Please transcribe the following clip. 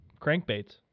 crankbaits